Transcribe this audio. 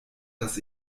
dass